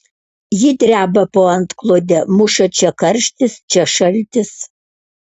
ji dreba po antklode muša čia karštis čia šaltis